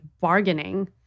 bargaining